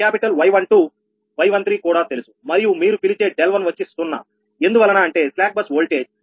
capital Y12 Y13 కూడా తెలుసు మరియు మీరు పిలిచే 𝛿1 వచ్చి 0 ఎందువలన అంటే స్లాక్ బస్ వోల్టేజ్ 1